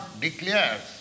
declares